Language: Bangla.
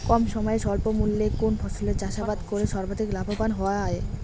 কম সময়ে স্বল্প মূল্যে কোন ফসলের চাষাবাদ করে সর্বাধিক লাভবান হওয়া য়ায়?